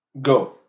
Go